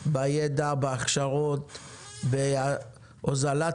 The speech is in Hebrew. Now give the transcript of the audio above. ידע , הכשרות ועוד.